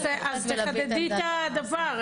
אז תחדדי את הדבר.